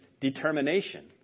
determination